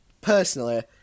Personally